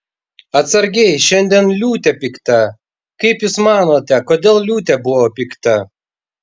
atsargiai šiandien liūtė pikta kaip jūs manote kodėl liūtė buvo pikta